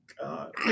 God